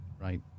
Right